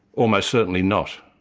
almost certainly not.